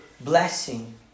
Blessing